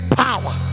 power